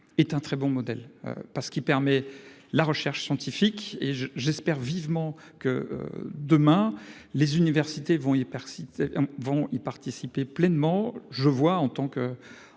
est un très bon modèles parce qu'il permet la recherche scientifique et je j'espère vivement que demain, les universités vont et persil vont y participer pleinement je vois en tant que